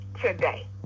today